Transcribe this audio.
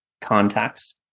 contacts